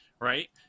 Right